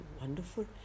wonderful